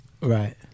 Right